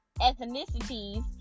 ethnicities